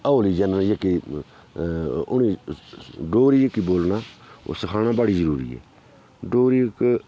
हौली जनरेशन जेह्की उ'नेंगी डोगरी इक बोलना ओह् सखाना जेह्की बड़ी जरूरी ऐ डोगरी इक